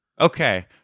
Okay